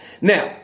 Now